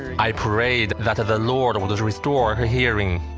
i prayed that the lord would restore her hearing.